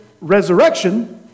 resurrection